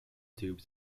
tubes